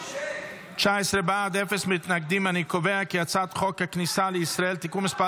את הצעת חוק הכניסה לישראל (תיקון מס'